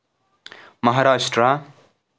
Maharashtra